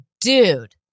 dude